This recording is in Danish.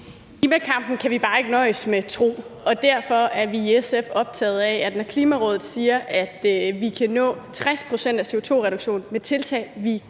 klimakampen kan vi bare ikke nøjes med at tro, og derfor er vi i SF optaget af, når Klimarådet siger, at vi kan nå 60 pct. af CO2-reduktionen med tiltag og med